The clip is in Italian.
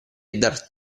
dar